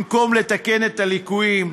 במקום לתקן את הליקויים,